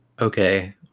Okay